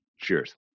Cheers